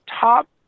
top